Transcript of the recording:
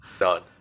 None